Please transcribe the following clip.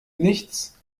nichts